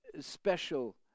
special